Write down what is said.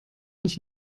nicht